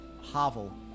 hovel